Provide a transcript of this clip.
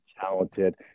talented